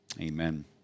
amen